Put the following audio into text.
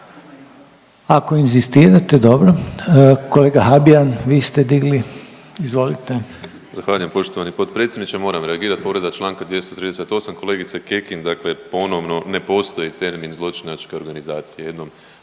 Ako inzistirate dobro. Kolega Habijan vi ste digli, izvolite. **Habijan, Damir (HDZ)** Zahvaljujem poštovani potpredsjedniče. Moram reagirat, povreda čl. 238. kolegice Kekin dakle ponovno ne postoji termin zločinačke organizacije, jednom